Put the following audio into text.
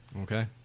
okay